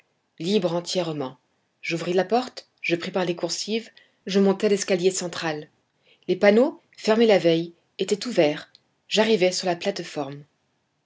libre entièrement j'ouvris la porte je pris par les coursives je montai l'escalier central les panneaux fermés la veille étaient ouverts j'arrivai sur la plate-forme